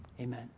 Amen